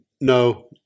No